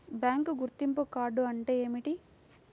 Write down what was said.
Bank గుర్తింపు card అంటే ఏమిటి?